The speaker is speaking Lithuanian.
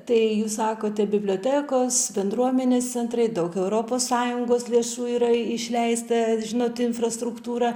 tai jūs sakote bibliotekos bendruomenės centrai daug europos sąjungos lėšų yra išleista žinot infrastruktūrą